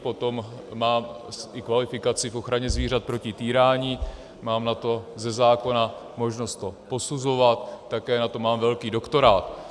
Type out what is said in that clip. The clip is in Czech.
Potom mám kvalifikaci v ochraně zvířat proti týrání, mám ze zákona možnost to posuzovat, také na to mám velký doktorát.